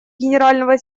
генерального